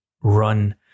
run